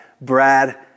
Brad